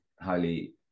highly